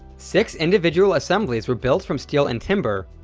six individual assemblies were built from steel and timber,